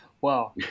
Wow